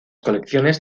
colecciones